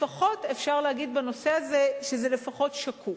לפחות אפשר לומר בנושא הזה, שזה לפחות שקוף,